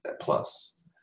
Plus